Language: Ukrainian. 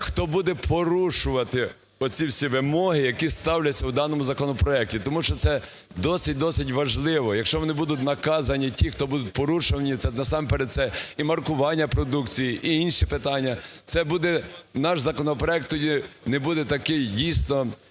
хто буде порушувати оці всі вимоги, які ставляться в даному законопроекті? Тому що це досить-досить важливо, якщо вони будуть наказані, ті, хто будуть порушувати, насамперед, це і маркування продукції, і інші питання. Це буде наш законопроект тоді... не буде такий, дійсно,